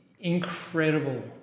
incredible